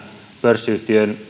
pörssiyhtiöiden